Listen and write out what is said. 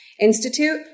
Institute